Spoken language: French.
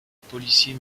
policier